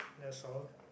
that's all